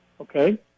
Okay